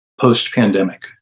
post-pandemic